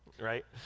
right